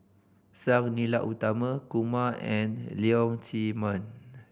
Sang Nila Utama Kumar and Leong Chee Mun